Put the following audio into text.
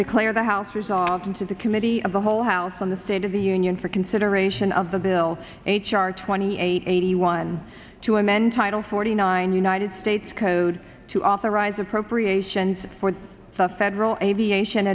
declare the house resolved to the committee of the whole house on the state of the union for consideration of the bill h r twenty eight eighty one to amend title forty nine united states code to authorize appropriations for the federal aviation